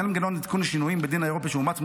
לעניין מנגנון עדכון שינויים בדין האירופאי שאומץ,